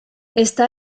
està